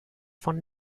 von